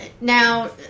now